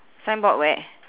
signboard where